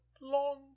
long